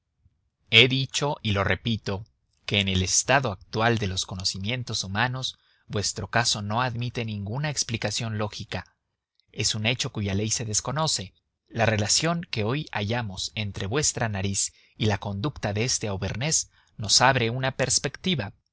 he dicho y lo repito que en el estado actual de los conocimientos humanos vuestro caso no admite ninguna explicación lógica es un hecho cuya ley se desconoce la relación que hoy hallamos entre vuestra nariz y la conducta de este auvernés nos abre una perspectiva